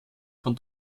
von